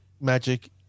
magic